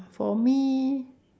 for me